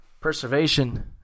preservation